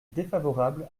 défavorable